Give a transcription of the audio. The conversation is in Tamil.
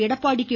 எடப்பாடி கே